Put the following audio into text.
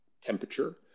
temperature